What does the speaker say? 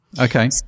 Okay